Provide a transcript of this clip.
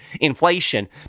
inflation